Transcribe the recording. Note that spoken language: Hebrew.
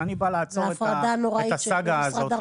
אני בא לעצור את הסאגה הזו.